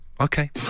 Okay